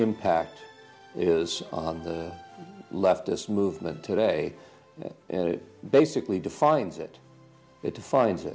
impact is on the left this movement today and it basically defines it it defi